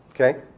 Okay